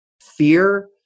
fear